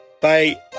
Bye